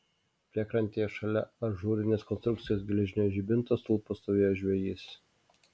priekrantėje šalia ažūrinės konstrukcijos geležinio žibinto stulpo stovėjo žvejys